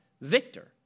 victor